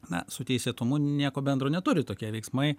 na su teisėtumu nieko bendro neturi tokie veiksmai